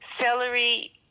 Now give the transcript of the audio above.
celery